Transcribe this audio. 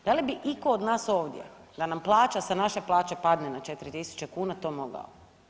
Da li bi iko od nas ovdje da nam plaća sa naše plaće padne na 4.000 kuna to mogao?